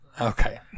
okay